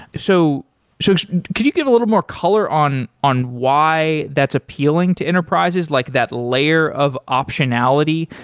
so so could you give a little more color on on why that's appealing to enterprises? like that layer of optionality?